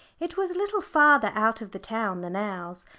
it was a little farther out of the town than ours,